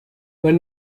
were